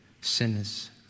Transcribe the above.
sinners